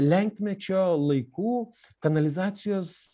lenkmečio laikų kanalizacijos